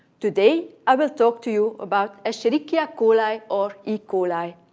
today i will talk to you about escherichia coli, or e coli.